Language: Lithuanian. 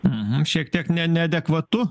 uhu šiek tiek ne neadekvatu